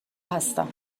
هستم